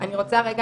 אני רוצה רגע,